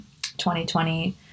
2020